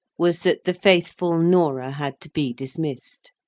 was that the faithful norah had to be dismissed.